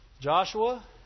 Joshua